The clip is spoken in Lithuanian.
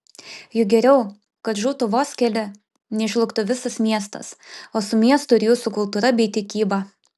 juk geriau kad žūtų vos keli nei žlugtų visas miestas o su miestu ir jūsų kultūra bei tikyba